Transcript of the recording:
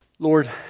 Lord